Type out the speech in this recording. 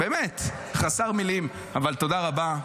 באמת, חסר מילים, אבל תודה רבה.